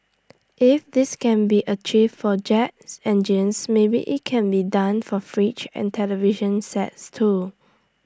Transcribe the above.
if this can be achieved for jet engines maybe IT can be done for fridges and television sets too